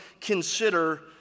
consider